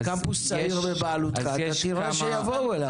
אם תעשה קמפוס צעיר בבעלותך, תראה שיבואו אליו.